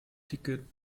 ticket